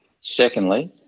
Secondly